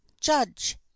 judge